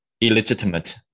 illegitimate